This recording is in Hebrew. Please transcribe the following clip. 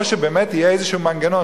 או שבאמת יהיה איזה מנגנון,